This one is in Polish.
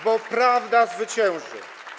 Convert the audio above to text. Bo prawda zwycięży.